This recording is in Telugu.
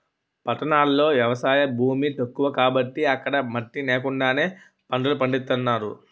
పట్టణాల్లో ఎవసాయ భూమి తక్కువ కాబట్టి అక్కడ మట్టి నేకండానే పంటలు పండించేత్తన్నారు